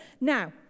Now